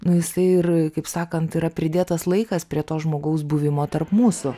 nu jisai ir kaip sakant yra pridėtas laikas prie to žmogaus buvimo tarp mūsų